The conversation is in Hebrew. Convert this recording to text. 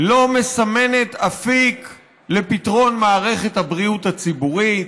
לא מסמנת אפיק לפתרון מערכת הבריאות הציבורית,